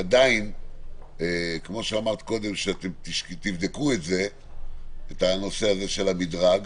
כמו שאמרת קודם שתבדקו את הנושא של המדרג,